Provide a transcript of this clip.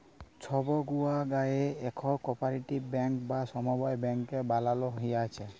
ছব গুলা গায়েঁ এখল কপারেটিভ ব্যাংক বা সমবায় ব্যাংক বালালো হ্যয়েছে